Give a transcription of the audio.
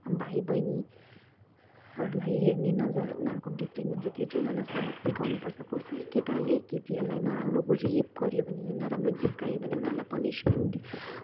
भाइबैनीहरूलाई हेर्ने नजर उनीहरूको डिफ्रेन्ट हुन्छ त्यो चाहिँ उनीहरूलाई सबक सिकाउनु पर्छ कसै केटाले केटीहरूलाई नराम्रो रेप गर्यो भने नराम्रो जिस्कायो भने उनीहरूलाई पनिस्मेन्ट